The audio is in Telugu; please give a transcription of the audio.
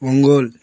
ఒంగోల్